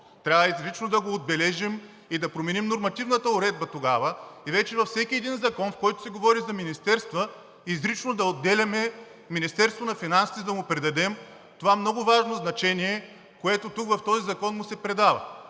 Трябва изрично да го отбележим и да променим нормативната уредба и тогава вече във всеки един закон, в който се говори за министерства, изрично да отделяме Министерството на финансите, за да му придадем това много важно значение, което тук – в този закон, му се придава.